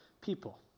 people